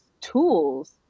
tools